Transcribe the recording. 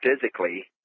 physically